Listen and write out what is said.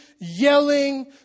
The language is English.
yelling